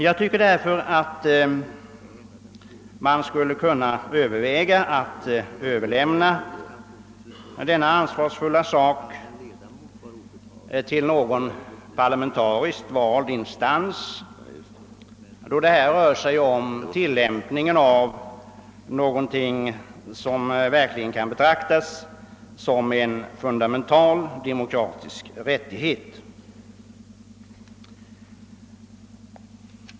Jag tycker att vi skulle kunna överväga att överlämna den ansvarsfulla uppgiften till någon parlamentariskt vald instans, eftersom det här handlar om tillämpningen av någonting som verkligen kan sägas vara en fundamental demokratisk rättighet.